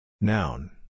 Noun